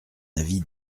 avis